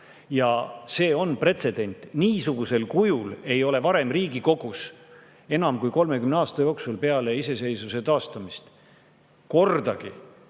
See on pretsedent. Niisugusel kujul ei ole varem Riigikogus enam kui 30 aasta jooksul peale iseseisvuse taastamist kordagi